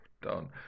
done